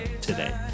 today